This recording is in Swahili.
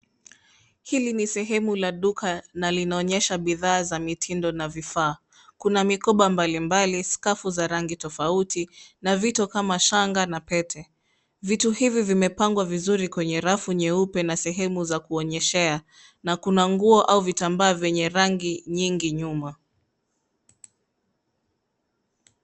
Hili ni sehemu la duka na linaonyesha bidhaa za mitindo na vifaa. Kuna mikoba mbalimbali, skafu za rangi tofauti, na vitu kama shanga na pete. Vitu hivi vimepangwa vizuri kwenye rafu nyeupe na sehemu za kuonyeshea, na kuna nguo au vitambaa vyenye rangi nyingi nyuma.